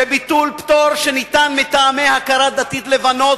שביטול פטור שניתן מטעמי הכרה דתית לבנות,